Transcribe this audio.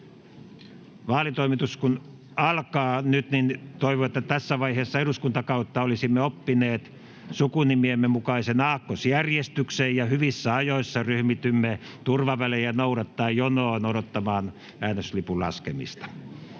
vaalitoimitus nyt alkaa, toivon, että tässä vaiheessa eduskuntakautta olisimme oppineet sukunimiemme mukaisen aakkosjärjestyksen ja hyvissä ajoin ryhmitymme turvavälejä noudattaen jonoon odottamaan äänestyslipun laskemista.